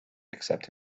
except